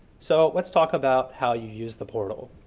so let's talk about how you use the portal.